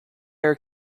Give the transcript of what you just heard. air